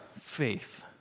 faith